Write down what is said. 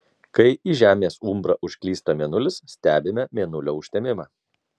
kai į žemės umbrą užklysta mėnulis stebime mėnulio užtemimą